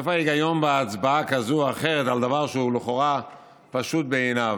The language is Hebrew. איפה ההיגיון בהצבעה כזאת או אחרת על דבר שהוא לכאורה פשוט בעיניו.